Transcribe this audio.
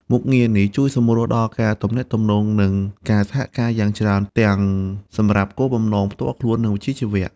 មុខងារនេះជួយសម្រួលដល់ការទំនាក់ទំនង និងការសហការយ៉ាងច្រើន ទាំងសម្រាប់គោលបំណងផ្ទាល់ខ្លួន និងវិជ្ជាជីវៈ។